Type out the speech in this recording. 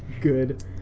Good